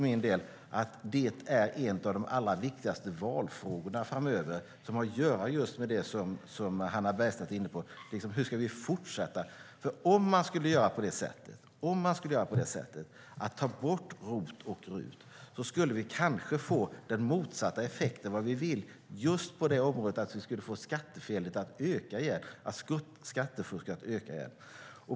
En av de allra viktigaste valfrågorna framöver har att göra med just det som Hannah Bergstedt är inne på när det gäller hur vi ska fortsätta. Om man skulle ta bort ROT och RUT skulle vi kanske få den motsatta effekten till det vi vill, och det skulle få just skattefusket att öka igen.